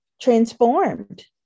transformed